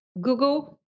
Google